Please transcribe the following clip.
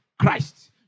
Christ